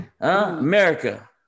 america